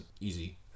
easy